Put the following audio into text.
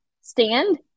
stand